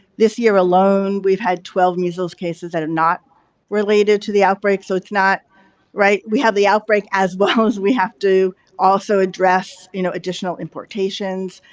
this year alone we've had twelve measles cases that are not related to the outbreak, so it's not right. we have the outbreak as well as we have to also address, you know, additional importations.